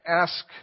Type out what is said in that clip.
ask